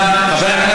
אתה גזען.